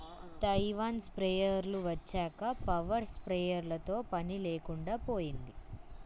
Taiwan స్ప్రేయర్లు వచ్చాక power స్ప్రేయర్లతో పని లేకుండా పోయింది